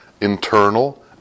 internal